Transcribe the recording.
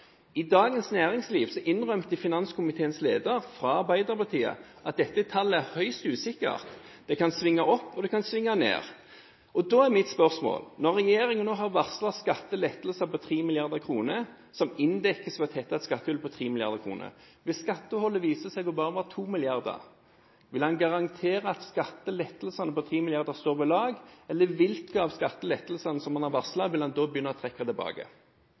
I Dagens Næringsliv innrømte finanskomiteens leder, fra Arbeiderpartiet, at dette tallet er høyst usikkert – det kan svinge opp, og det kan svinge ned. Da er mitt spørsmål: Nå har regjeringen varslet skattelettelser på 3 mrd. kr, som inndekkes ved å tette et skattehull på 3 mrd. kr. Men hvis skattehullet viser seg å være bare 2 mrd. kr, vil han garantere at skattelettelsene på 3 mrd. kr står ved lag, eller hvilke av skattelettelsene som han har varslet, vil han da begynne å trekke tilbake?